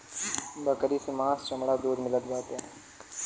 बकरी से मांस चमड़ा दूध मिलत बाटे